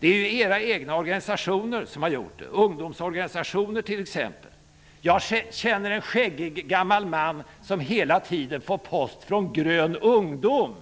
Det är era egna organisationer som har gjort det, ungdomsorganisationer, t.ex. Jag känner en skäggig gammal man som hela tiden får post från Grön ungdom.